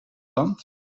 land